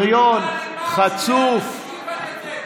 "בריון", "חצוף".